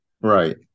Right